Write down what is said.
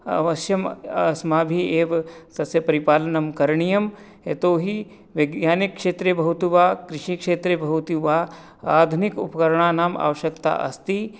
अवश्यम् अस्माभिः एव स्वस्य परिपालनं करणीयं यतोहि वैज्ञानिकक्षेत्रे भवतु वा कृषिक्षेत्रे भवतु वा आधुनिक उपकरणानाम् आवश्यकता अस्ति